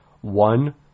one